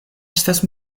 estas